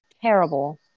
terrible